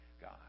God